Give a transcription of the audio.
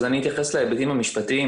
אז אני אתייחס להיבטים המשפטיים,